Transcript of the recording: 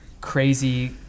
crazy